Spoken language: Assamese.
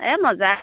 এই মজা